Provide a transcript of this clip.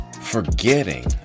forgetting